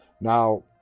now